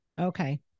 Okay